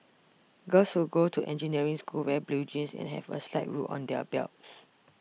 girls who go to engineering school wear blue jeans and have a slide rule on their belts